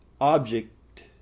object